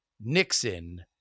Nixon